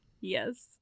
Yes